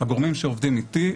הגורמים שעובדים אתי,